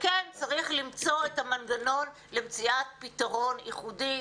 וכן צריך למצוא את המנגנון למציאת פתרון ייחודי,